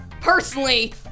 Personally